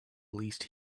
least